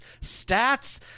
stats